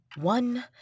one